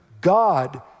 God